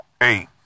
Eight